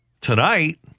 tonight